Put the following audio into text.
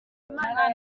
umwana